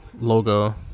logo